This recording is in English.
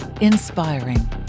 inspiring